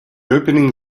opening